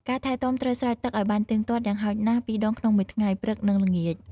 ការថែទាំត្រូវស្រោចទឹកឲ្យបានទៀងទាត់ យ៉ាងហោចណាស់ពីរដងក្នុងមួយថ្ងៃ (ព្រឹក និងល្ងាច)។